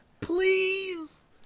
please